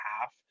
half